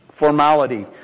Formality